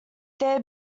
their